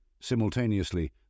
Simultaneously